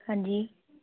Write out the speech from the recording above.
ਹਾਂਜੀ